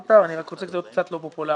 אמרת אבל אני רוצה להיות קצת לא פופולרי,